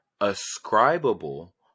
ascribable